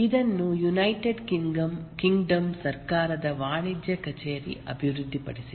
ಇದನ್ನು United Kingdom ಸರ್ಕಾರದ ವಾಣಿಜ್ಯ ಕಚೇರಿ ಅಭಿವೃದ್ಧಿಪಡಿಸಿದೆ